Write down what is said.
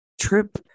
trip